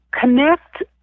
connect